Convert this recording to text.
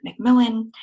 McMillan